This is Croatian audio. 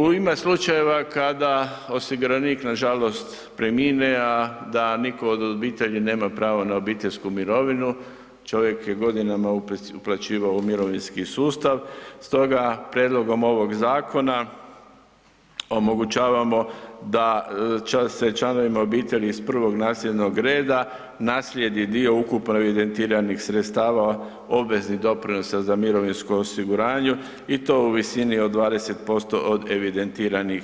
U ime slučajeva kada osiguranik nažalost premine a da niko od obitelji nema pravo na obiteljsku mirovinu, čovjek je godinama opet uplaćivao u mirovinski sustav, stoga prijedlogom ovoga zakona omogućavam da se članovima obitelji iz prvog nasljednog reda, naslijedi dio ukupno evidentiranih sredstava obveznih doprinosa za mirovinsko osiguranje i to u visini od 20% od evidentiranih,